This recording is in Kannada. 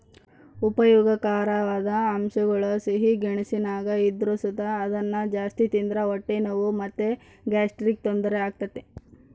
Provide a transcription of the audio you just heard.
ಉಪಯೋಗಕಾರವಾದ ಅಂಶಗುಳು ಸಿಹಿ ಗೆಣಸಿನಾಗ ಇದ್ರು ಸುತ ಅದುನ್ನ ಜಾಸ್ತಿ ತಿಂದ್ರ ಹೊಟ್ಟೆ ನೋವು ಮತ್ತೆ ಗ್ಯಾಸ್ಟ್ರಿಕ್ ತೊಂದರೆ ಆಗ್ತತೆ